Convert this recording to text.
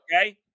Okay